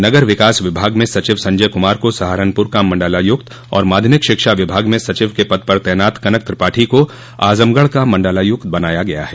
नगर विकास विभाग में सचिव संजय कुमार को सहारनपुर का मण्डलायुक्त और माध्यमिक शिक्षा विभाग में सचिव के पद पर तैनात कनक त्रिपाठी को आजमगढ़ का मण्डलायुक्त बनाया गया है